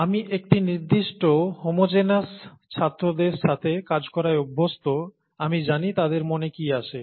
আমি একটি নির্দিষ্ট হোমোজেনাস ছাত্রদের সাথে কাজ করায় অভ্যস্ত আমি জানি তাদের মনে কি আসে